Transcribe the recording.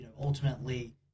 ultimately